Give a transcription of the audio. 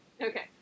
Okay